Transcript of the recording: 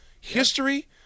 history